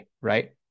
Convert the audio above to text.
right